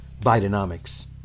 Bidenomics